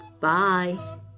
Bye